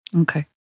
Okay